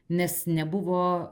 nes nebuvo